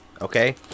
Okay